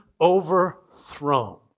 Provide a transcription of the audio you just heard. overthrown